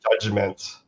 judgment